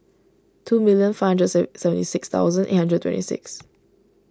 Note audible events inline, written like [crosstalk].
two million five hundred [noise] seventy six thousand eight hundred twenty six [noise]